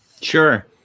sure